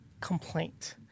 complaint